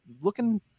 looking –